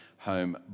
home